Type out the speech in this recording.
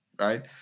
right